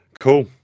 cool